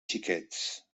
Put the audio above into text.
xiquets